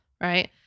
Right